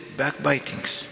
backbitings